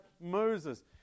Moses